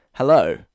Hello